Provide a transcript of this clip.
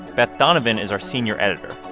beth donovan is our senior editor.